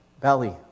belly